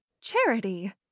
Charity